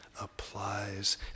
applies